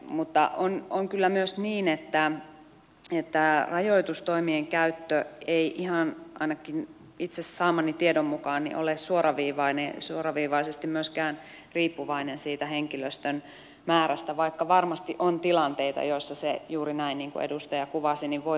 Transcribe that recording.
mutta on kyllä myös niin että rajoitustoimien käyttö ei ihan ainakaan itse saamani tiedon mukaan ole suoraviivaisesti myöskään riippuvainen siitä henkilöstön määrästä vaikka varmasti on tilanteita joissa se juuri näin niin kuin edustaja kuvasi voi vaikuttaa asiaan